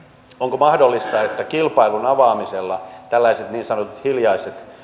onko mahdollista että kilpailun avaamisella tällaiset niin sanotut hiljaiset